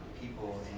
people